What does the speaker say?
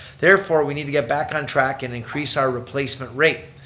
therefore we need to get back on track and increase our replacement rate.